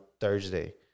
Thursday